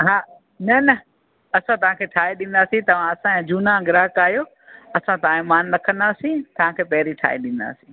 हा न न असां तव्हांखे ठाहे ॾींदासीं तव्हां असांजा झूना ग्राहक आहियो असां तव्हांजे मान रखंदासीं तव्हांखे पहिरीं ठाहे ॾींदासीं